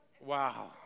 Wow